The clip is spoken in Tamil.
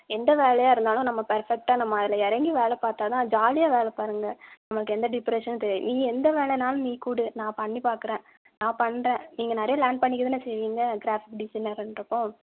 எந்த வேலையாக இருந்தாலும் நம்ம பெர்ஃபக்டாக நம்ம அதில் இறங்கி வேலை பார்த்தா தான் ஜாலியாக வேலை பாருங்கள் நமக்கு எந்த டிப்ரெஷன் தெ நீங்கள் எந்த வேலைனாலும் நீ கொடு நான் பண்ணி பார்க்குறேன் நான் பண்ணுறேன் நீங்கள் நிறைய லேர்ன் பண்ணிக்க தானே செய்வீங்க க்ராஃப் டிசைனருன்றப்போ